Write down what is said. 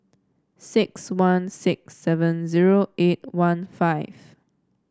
six one six seven zero eight one five